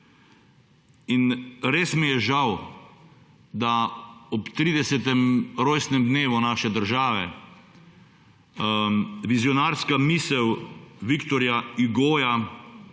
In res mi je žal, da ob 30. rojstnem dnevu naše države vizionarska misel Viktorja Hugoja,